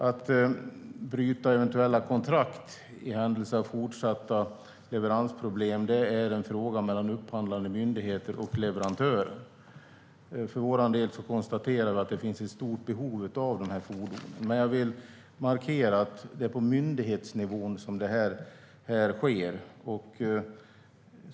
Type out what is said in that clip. Att bryta eventuella kontrakt i händelse av fortsatta leveransproblem är en fråga mellan upphandlande myndigheter och leverantören. För vår del konstaterar vi att det finns ett stort behov av dessa fordon. Men jag vill markera att det är på myndighetsnivå som detta ligger.